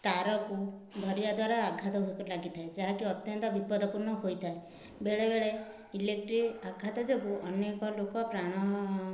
ତାରକୁ ଧରିବା ଦ୍ବାରା ଆଘାତ ମଧ୍ୟ ଲାଗିଥାଏ ଯାହାକି ଅତ୍ୟନ୍ତ ବିପଦପୂର୍ଣ୍ଣ ହୋଇଥାଏ ବେଳେବେଳେ ଇଲେକ୍ଟ୍ରିକ୍ ଆଘାତ ଯୋଗୁଁ ଅନେକ ଲୋକ ପ୍ରାଣ